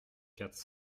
quatre